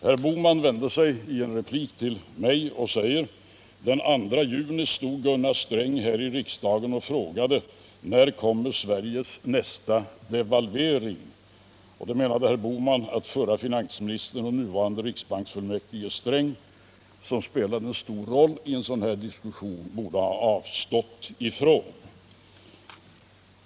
Herr Bohman vände sig i en replik till mig och sade: ”Och den 2 juni stod herr Gunnar Sträng här i riksdagen och frågade: När kommer Sveriges nästa devalvering?” Herr Bohman menade att det borde förre finansministern och nuvarande riksbanksfullmäktigen Sträng, som spelade en stor roll i en sådan diskussion, ha avstått ifrån.